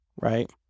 right